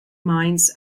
mines